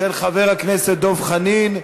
של חבר הכנסת דב חנין.